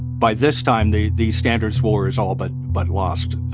by this time, the the standards war is all but but lost.